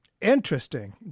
Interesting